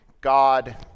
God